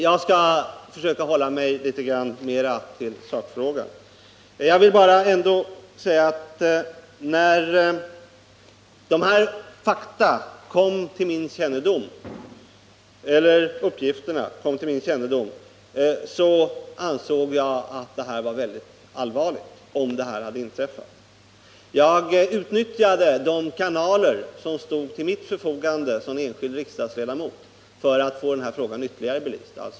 Jag skall försöka att litet mer hålla mig till sakfrågan. När de här uppgifterna kom till min kännedom ansåg jag att det var något mycket allvarligt, om dessa händelser verkligen hade inträffat. Jag utnyttjade de kanaler som stod till mitt förfogande som enskild riksdagsledamot för att få frågan ytterligare belyst.